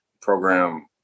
program